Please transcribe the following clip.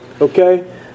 okay